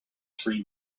three